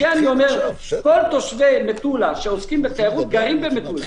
כשכל תושבי מטולה שעוסקים בתיירות גרים במטולה.